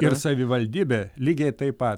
ir savivaldybė lygiai taip pat